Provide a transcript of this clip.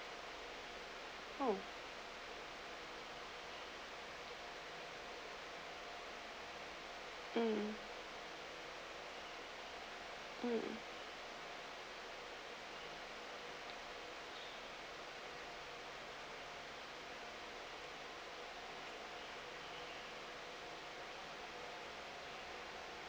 oh um um